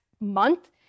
month